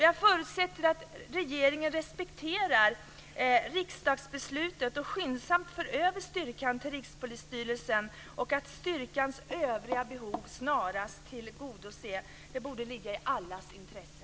Jag förutsätter att regeringen respekterar riksdagsbeslutet och skyndsamt för över styrkan till Rikspolisstyrelsen och att styrkans övriga behov snarast tillgodoses. Det borde ligga i allas intresse.